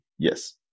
Yes